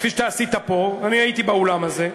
כפי שאתה עשית פה, אני הייתי באולם הזה,